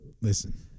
Listen